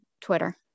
twitter